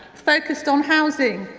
focussed on housing,